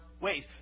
ways